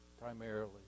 primarily